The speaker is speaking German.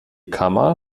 kammer